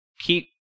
keep